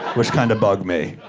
which kind of bugged me.